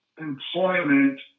employment